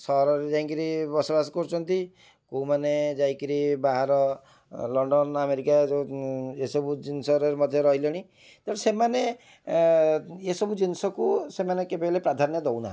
ସହରରେ ଯାଇ କରି ବସବାସ କରୁଛନ୍ତି କେଉଁମାନେ ଯାଇ କରି ବାହାର ଲଣ୍ଡନ ଆମେରିକା ଯେଉଁ ଏସବୁ ଜିନିଷରେ ମଧ୍ୟ ରହିଲେଣି ତେଣୁ ସେମାନେ ଏସବୁ ଜିନିଷକୁ ସେମାନେ କେବେ ହେଲେ ପ୍ରାଧାନ୍ୟ ଦେଉନାହାଁନ୍ତି